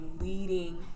leading